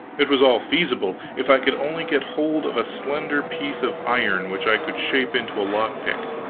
it was all feasible, if i could only get hold of a slender piece of iron which i could shape into a lock-pick.